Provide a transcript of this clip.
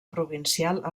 provincial